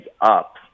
up